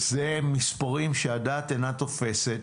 אלו מספרים שהדעת אינה תופסת,